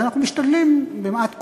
אז אנחנו משתדלים במעט כוחנו,